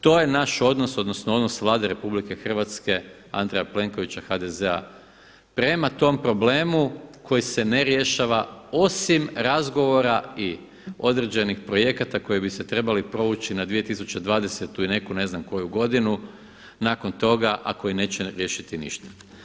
To je naš odnos, odnosno odnos Vlade RH Andreja Plenkovića, HZD-a prema tom problemu koji se ne rješava osim razgovora i određenih projekata koji bi se trebali provući na 2020. i neku ne znam koju godinu, nakon toga a koji neće riješiti ništa.